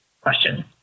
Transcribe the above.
question